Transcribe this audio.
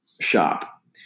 shop